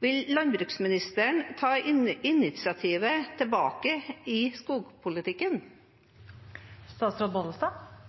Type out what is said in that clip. Vil landbruksministeren ta initiativet tilbake i skogpolitikken?